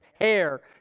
hair